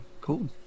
cool